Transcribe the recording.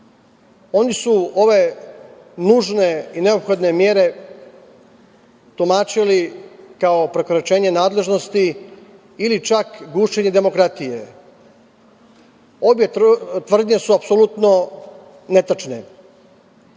Oni su ove nužne i neophodne mere tumačili kao prekoračenje nadležnosti, ili čak gušenje demokratije. Obe tvrdnje su apsolutno netačne. Ako